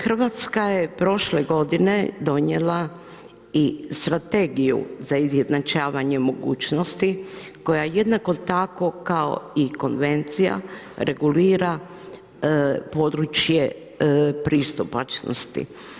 Hrvatska je prošle godine donijela i strategiju za izjednačavanje mogućnosti koja jednako tako kao i konvencija, regulira područje pristupačnosti.